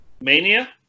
Mania